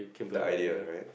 that idea right